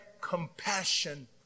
compassion